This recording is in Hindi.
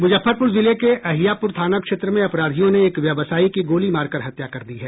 मुजफ्फरपुर जिले के अहियापुर थाना क्षेत्र में अपराधियों ने एक व्यवसायी की गोली मारकर हत्या कर दी है